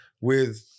with-